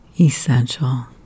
essential